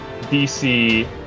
DC